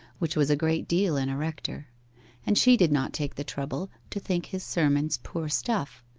which was a great deal in a rector and she did not take the trouble to think his sermons poor stuff,